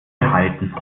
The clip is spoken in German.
behalten